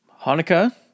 Hanukkah